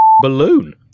balloon